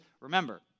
remember